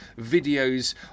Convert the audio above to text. videos